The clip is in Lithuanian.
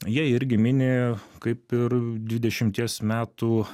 jie irgi mini kaip ir dvidešimties metų